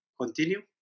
continue